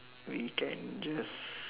we can just